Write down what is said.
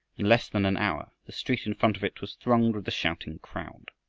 in less than an hour the street in front of it was thronged with a shouting crowd.